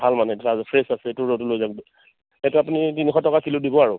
ভাল মানে ভাল ফ্ৰেচ আছে এইটো ৰৌটো লৈ যাওঁক এইটো আপুনি তিনিশ টকা কিলো দিব আৰু